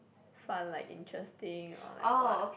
fun like interesting or like what